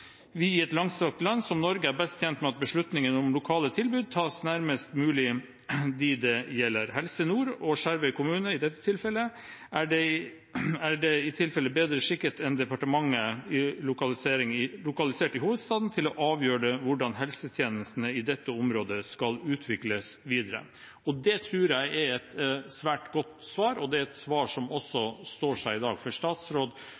vi i et langstrakt land som Norge er best tjent med at beslutninger om lokale tilbud tas nærmest mulig de det gjelder. Helse Nord og Skjervøy kommune er i dette tilfelle bedre skikket enn departementet lokalisert i hovedstaden til å avgjøre hvordan helsetjenestene i dette området skal utvikles videre.» Det tror jeg er et svært godt svar, og det er et svar som står seg også i dag. Statsråd